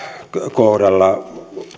kohdalla